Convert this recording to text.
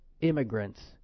immigrants